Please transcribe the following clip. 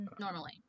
normally